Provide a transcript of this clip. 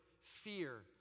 fear